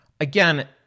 again